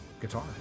guitar